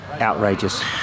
outrageous